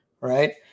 right